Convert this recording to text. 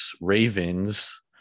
Ravens